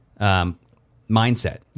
mindset